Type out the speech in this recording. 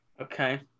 Okay